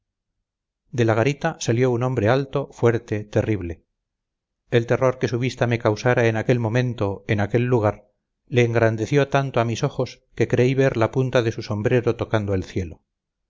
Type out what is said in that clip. de la garita salió un hombre alto fuerte terrible el terror que su vista me causara en aquel momento en aquel lugar le engrandeció tanto a mis ojos que creí ver la punta de su sombrero tocando el cielo